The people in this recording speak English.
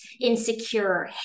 insecure